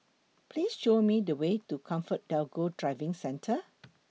Please Show Me The Way to ComfortDelGro Driving Centre